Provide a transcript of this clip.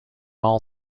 all